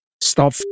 stop